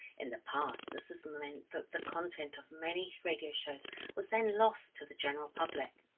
in the past this is meant that the content of many radio shows was then lost to the general public.